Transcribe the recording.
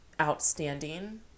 outstanding